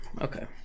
okay